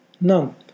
None